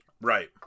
Right